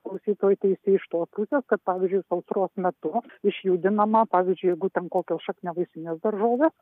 klausytoj teisi iš tos pusės kad pavyzdžiui sausros metu išjudinama pavyzdžiui jeigu ten kokios šakniavaisinės daržovės